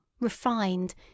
REFINED